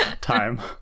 Time